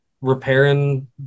repairing